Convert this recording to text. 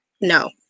No